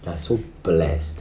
you are so blessed